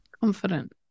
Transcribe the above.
Confident